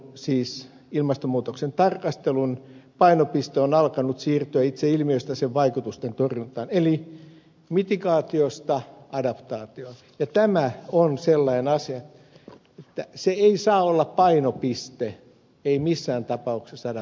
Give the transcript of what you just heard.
tarkastelun siis ilmastonmuutoksen tarkastelun painopiste on alkanut siirtyä itse ilmiöstä sen vaikutusten torjuntaan eli mitigaatiosta adaptaatioon ja tämä on sellainen asia että se ei saa olla painopiste ei missään tapauksessa adaptaatio